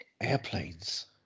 Airplanes